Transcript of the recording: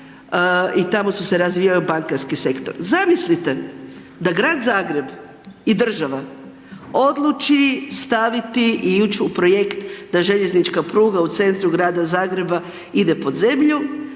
i tamo se razvijao bankarski sektor. Zamislite da grad Zagreb i država odluči staviti i ić u projekt da željeznička pruga u centru grada Zagreba ide pod zemlju,